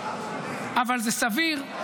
אבל זה סביר,